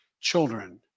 children —